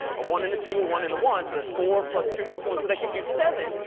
a one in the two, a one in the one. so that's four plus two plus one. so that gives you seven.